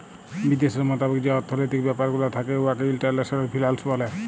বিদ্যাশের মতাবেক যে অথ্থলৈতিক ব্যাপার গুলা থ্যাকে উয়াকে ইল্টারল্যাশলাল ফিল্যাল্স ব্যলে